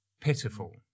pitiful